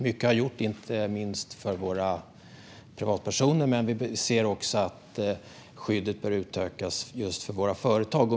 Mycket har gjorts, inte minst för privatpersoner, men vi ser också att skyddet bör utökas för företag.